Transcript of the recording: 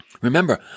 Remember